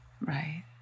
right